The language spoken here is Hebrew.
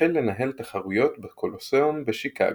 והחל לנהל תחרויות בקולוסיאום בשיקגו.